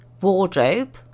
wardrobe